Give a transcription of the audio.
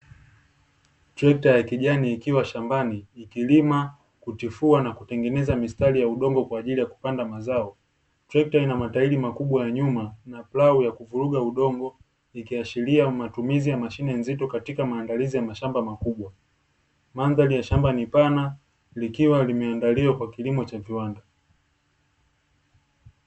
Trekta ya kijani ikiwa shambani ikilima, kutifua, na kutengeneza mistari ya udongo kwa ajili ya kupanda mazao. Trekta ina matairi makubwa ya nyuma, na plau ya kuvuruga udongo, ikiashiria matumizi ya mashine nzito katika maandalizi ya mashamba makubwa. Mandhari ya shamba ni pana, likiwa limeandaliwa kwa kilimo cha viwanda.